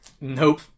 Nope